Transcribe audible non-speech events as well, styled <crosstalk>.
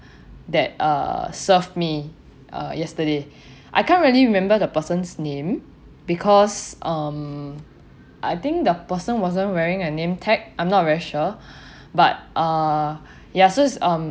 that uh served me uh yesterday <breath> I can't really remember the person's name because um I think the person wasn't wearing a name tag I'm not very sure <breath> but uh yeah since um